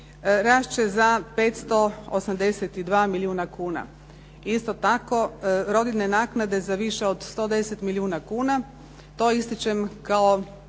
rast će za 582 milijuna kuna. Isto tako, rodiljne naknade za više od 110 milijuna kuna. To ističem kao